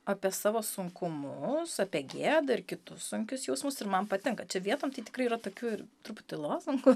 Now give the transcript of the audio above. apie savo sunkumus apie gėdą ir kitus sunkius jausmus ir man patinka čia vietom tai tikrai yra tokių ir truputį lozungų